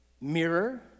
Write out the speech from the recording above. mirror